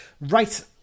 Right